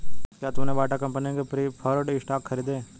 क्या तुमने Bata company के प्रिफर्ड स्टॉक खरीदे?